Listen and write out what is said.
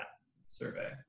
survey